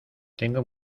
tengo